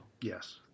Yes